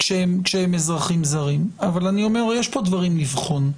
כשהם אזרחים זרים, אבל יש פה דברים לבחון: